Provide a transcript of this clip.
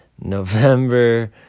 November